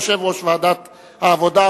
יושב-ראש ועדת העבודה,